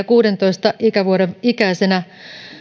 kuudentoista ikävuoden ikäisenä